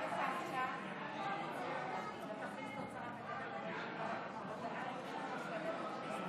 ש"ס ויהדות התורה להביע אי-אמון בממשלה